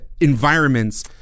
environments